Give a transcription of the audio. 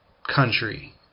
Country